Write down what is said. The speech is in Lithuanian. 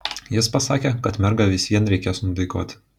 jis pasakė kad mergą vis vien reikės nudaigoti